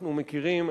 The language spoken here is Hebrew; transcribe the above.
אנחנו מכירים,